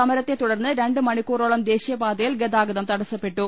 സമരത്തെ തുടർന്ന് രണ്ട് മണിക്കൂറോളം ദേശീയപാതയിൽ ഗതാഗതം തടസ്സപ്പെട്ടു